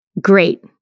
Great